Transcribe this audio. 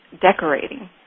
decorating